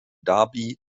dhabi